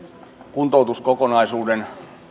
kuntoutuskokonaisuuden